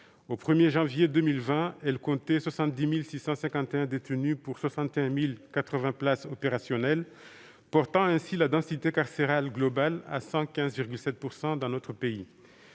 Au 1 janvier 2020, elle comptait 70 651 détenus pour 61 080 places opérationnelles, portant ainsi la densité carcérale globale à 115,7 %. Alors